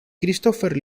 christopher